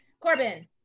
Corbin